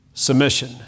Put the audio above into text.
submission